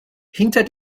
hinter